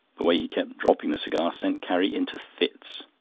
the way he kept dropping the cigar sent carrie into fits.